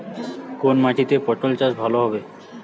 কোন মাটিতে পটল চাষ ভালো হবে?